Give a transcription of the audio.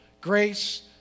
grace